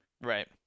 right